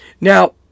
Now